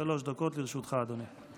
שלוש דקות לרשותך, אדוני.